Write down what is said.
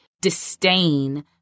disdain